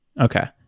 okay